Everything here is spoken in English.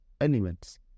elements